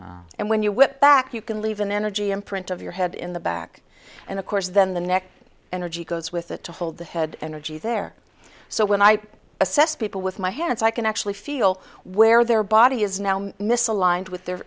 and when you whip back you can leave an energy imprint of your head in the back and of course then the neck energy goes with it to hold the head energy there so when i assess people with my hands i can actually feel where their body is now misaligned with their